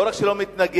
לא רק שלא מתנגד,